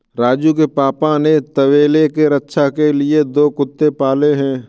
राजू के पापा ने तबेले के रक्षा के लिए दो कुत्ते पाले हैं